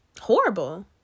horrible